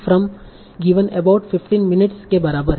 about 15 minutes के बराबर है